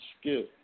skill